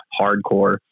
hardcore